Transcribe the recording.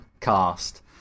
cast